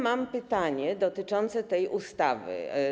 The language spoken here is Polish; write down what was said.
Mam pytanie dotyczące tej ustawy.